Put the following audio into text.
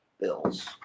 bills